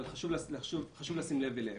אבל חשוב לשים לב אליהם.